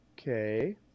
Okay